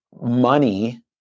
money